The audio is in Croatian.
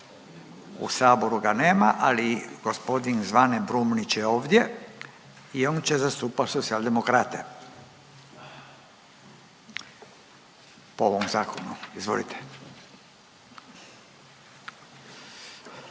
U saboru ga nema ali gospodin Zvane Brumnić je ovdje i on će zastupan socijaldemokrate po ovom zakonu. Izvolite.